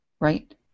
right